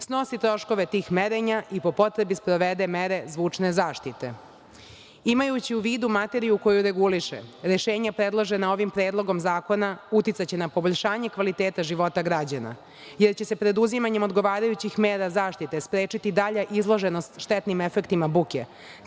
snosi troškove tih merenja i po potrebi sprovede mere zvučne zaštite. Imajući u vidu materiju koju reguliše, rešenja predložena ovim Predlogom zakona uticaće na poboljšanje kvaliteta života građana, jer će se preduzimanjem odgovarajućih mera zaštite sprečiti dalja izloženost štetnim efektima buke